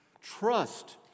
Trust